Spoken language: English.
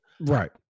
Right